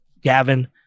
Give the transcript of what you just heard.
Gavin